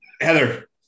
Heather